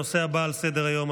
הנושא הבא על סדר-היום,